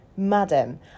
Madam